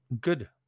good